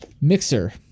Mixer